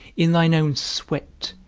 in thine own sweat,